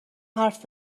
حرف